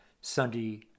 Sunday